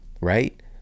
right